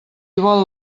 vol